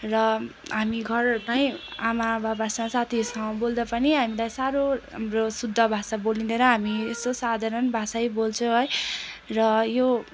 र हामी घरमै आमाबाबासँग साथीहरूसँग बोल्दा पनि हामीलाई साह्रो हाम्रो शुद्ध भाषा बोलिँदैन हामी यसो साधारण भाषै बोल्छौँ है र यो